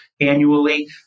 annually